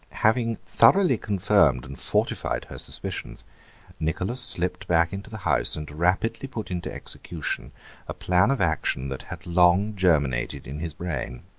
having thoroughly confirmed and fortified her suspicions nicholas slipped back into the house and rapidly put into execution a plan of action that had long germinated in his brain.